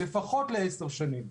לפחות לעשר שנים.